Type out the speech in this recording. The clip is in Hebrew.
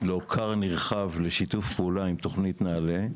לו כר נרחב לשיתוף פעולה עם תוכנית נעל"ה,